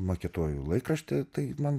maketuoju laikraštį tai man